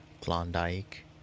Klondike